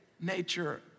nature